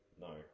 no